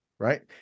Right